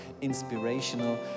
inspirational